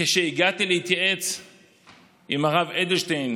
כשהגעתי להתייעץ עם הרב אדלשטיין